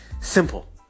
simple